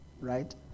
Right